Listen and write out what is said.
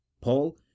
Paul